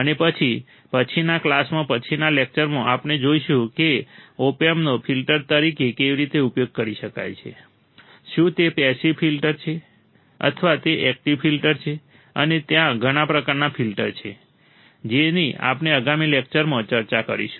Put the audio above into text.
અને પછી પછીના ક્લાસમાં પછીના લેક્ચરમાં આપણે જોઈશું કે ઓપએમ્પનો ફિલ્ટર તરીકે કેવી રીતે ઉપયોગ કરી શકાય છે શું તે પેસિવ ફિલ્ટર છે અથવા તે એકટીવ ફિલ્ટર છે અને ત્યાં ઘણા પ્રકારના ફિલ્ટર છે જેની આપણે આગામી લેક્ચરમાં ચર્ચા કરીશું